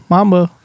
Mamba